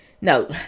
No